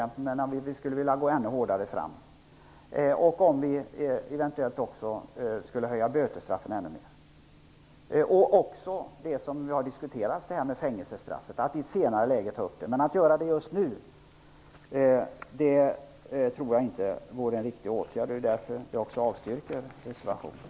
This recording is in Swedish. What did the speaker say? Men vi skulle vilja gå ännu hårdare fram. Vi får också återkomma om vi behöver höja bötesstraffen ännu mer. Vi har ju även diskuterat fängelsestraffet. Men vi får ta upp även det i ett senare läge. Att göra det just nu tror jag inte vore en riktig åtgärd. Det är också därför som vi yrkar avslag på reservationen.